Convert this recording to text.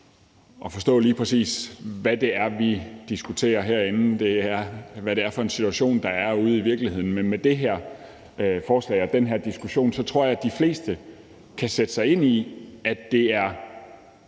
at forstå, lige præcis hvad det er, vi diskuterer herinde, og hvad det er for en situation, der er ude i virkeligheden, men med det her forslag og den her diskussion tror jeg, at de fleste kan sætte sig ind i, at det er